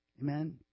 Amen